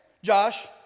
Josh